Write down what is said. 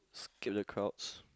killer crowds